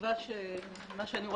בתקווה שמה שאני רואה,